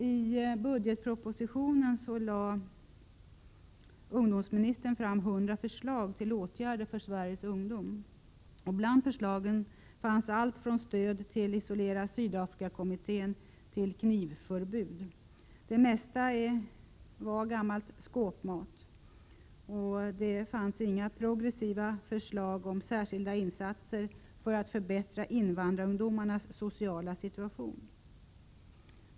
I budgetpropositionen lade ungdomsministern fram 100 förslag till åtgärder för Sveriges ungdom. Bland förslagen fanns allt från stöd till Isolera Sydafrikakommittén till knivförbud. Det mesta var gammal skåpmat. Det fanns inga progressiva förslag om särskilda insatser för att förbättra invandrarungdomars sociala situation.